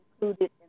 included